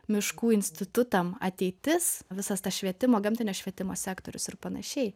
miškų institutam ateitis visas tas švietimo gamtinio švietimo sektorius ir panašiai